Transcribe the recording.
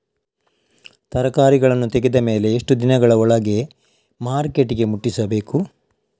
ತರಕಾರಿಗಳನ್ನು ತೆಗೆದ ಮೇಲೆ ಎಷ್ಟು ದಿನಗಳ ಒಳಗೆ ಮಾರ್ಕೆಟಿಗೆ ಮುಟ್ಟಿಸಬೇಕು?